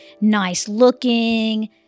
nice-looking